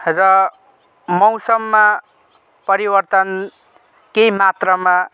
र मौसममा परिवर्तन केही मात्रामा